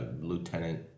Lieutenant